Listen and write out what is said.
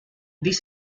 this